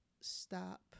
stop